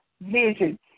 vision